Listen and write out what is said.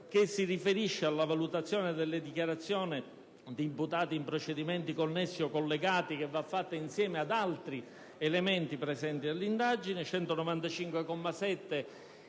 commi 3 e 4 (valutazione delle dichiarazioni di imputati in procedimenti connessi o collegati, che va fatta insieme ad altri elementi presenti nell'indagine), 195,